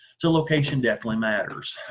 soo location definitely matters.